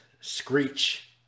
screech